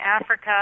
Africa